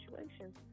situations